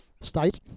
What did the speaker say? state